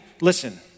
listen